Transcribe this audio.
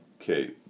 okay